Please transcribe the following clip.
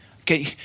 Okay